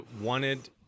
wanted